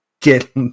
get